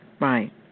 Right